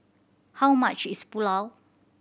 how much is Pulao